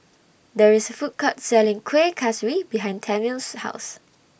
There IS A Food Court Selling Kuih Kaswi behind Tami's House